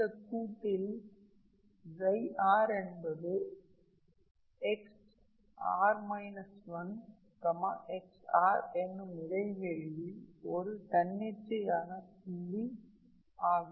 இந்த கூட்டில்rஎன்பதுxr 1xr என்னும் இடைவெளியில் ஒரு தன்னிச்சையான புள்ளி ஆகும்